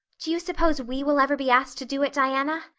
do you suppose we will ever be asked to do it, diana?